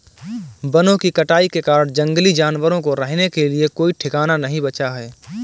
वनों की कटाई के कारण जंगली जानवरों को रहने के लिए कोई ठिकाना नहीं बचा है